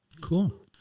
Cool